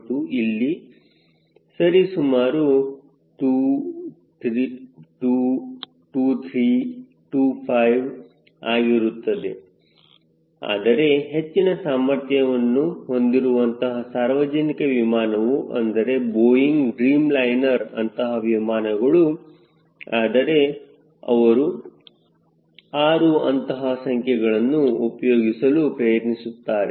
02 ಇಲ್ಲಿ ಸರಿ ಸುಮಾರು 2 2 2 3 2 5 ಆಗಿರುತ್ತದೆ ಆದರೆ ಹೆಚ್ಚಿನ ಸಾಮರ್ಥ್ಯವನ್ನು ಹೊಂದಿರುವಂತಹ ಸಾರ್ವಜನಿಕ ವಿಮಾನವು ಅಂದರೆ ಬೋಯಿಂಗ್ ಡ್ರೀಮ್ ಲೈನರ್ ಅಂತಹ ವಿಮಾನಗಳು ಆದರೆ ಅವರು 6 ಅಂತಹ ಸಂಖ್ಯೆಗಳನ್ನು ಉಪಯೋಗಿಸಲು ಪ್ರಯತ್ನಿಸಿದ್ದಾರೆ